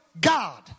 God